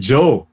Joe